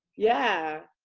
yeah.